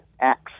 acts